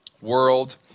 world